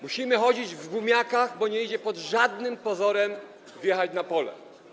Musimy chodzić w gumiakach, bo nie idzie pod żadnym pozorem wjechać na pole.